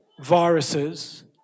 viruses